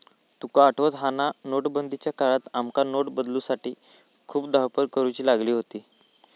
तुका आठवता हा ना, नोटबंदीच्या काळात आमका नोट बदलूसाठी खूप धावपळ करुची लागली होती